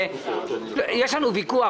יש לנו ויכוח,